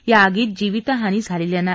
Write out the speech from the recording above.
या आगीत जिवीतहानी झालेली नाही